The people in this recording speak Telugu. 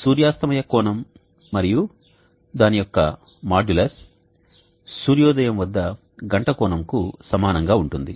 సూర్యాస్తమయ కోణం మరియు దాని యొక్క మాడ్యులస్ సూర్యోదయం వద్ద గంట కోణం కు సమానం గా ఉంటుంది